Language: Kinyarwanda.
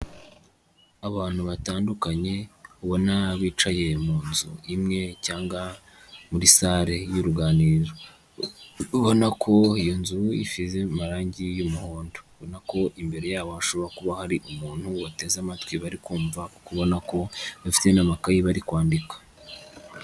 Abantu batandukanye ubona bicaye mu nzu imwe cyangwa muri salle y'uruganiriro, ubona ko iyo nzu isize amarangi y'umuhondo, ubona ko imbere yabo hashobora kuba hari umuntu bateze amatwi bari kumva, ubona ko bafite n'amakayi bari kwandika.